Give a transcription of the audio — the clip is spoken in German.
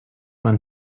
man